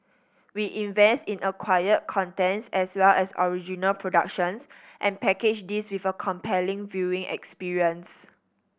we invest in acquired content as well as original productions and package this with a compelling viewing experience